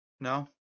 No